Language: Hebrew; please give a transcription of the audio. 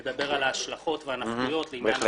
שהחשב ידבר על ההשלכות לעניין המימון.